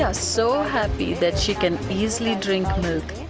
ah so happy that she can easily drink milk,